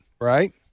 right